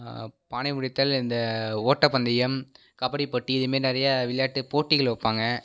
பானை உடைத்தல் இந்த ஓட்ட பந்தயம் கபடி போட்டி இதை மாரி நிறையா விளையாட்டு போட்டிகள் வைப்பாங்க